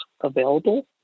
available